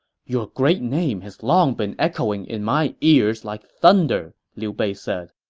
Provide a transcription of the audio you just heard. your great name has long been echoing in my ears like thunder, liu bei said.